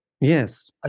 Yes